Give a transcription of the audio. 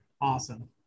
Awesome